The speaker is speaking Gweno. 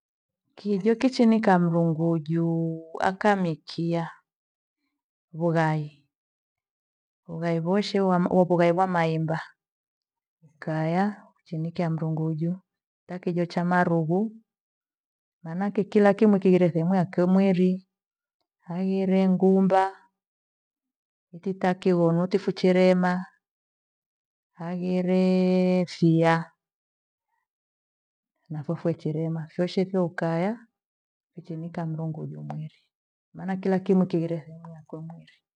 Kijo kichinika mrungujuu akamikiya vughai. vughai voshe wo bugai wa maemba, mkaya chenikia runguju taa kijo cha marughu mmaake kila kimwe kighire thehemu yake mwiri. Mweghire ngumba utitakivono tuficherema naghire shia na nafufuechirema, fueshifio ukaya uchinika mrunguju mwiri. Maana kila kimwe kighire thehemu yake ya mwili